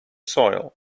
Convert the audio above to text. soil